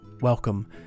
welcome